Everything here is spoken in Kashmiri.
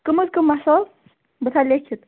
کٕم حظ کٕم مَصال بہٕ تھاو لیٚکھِتھ